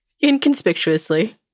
inconspicuously